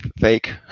fake